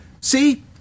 See